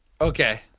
okay